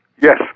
Yes